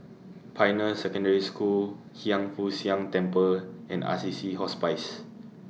Pioneer Secondary School Hiang Foo Siang Temple and Assisi Hospice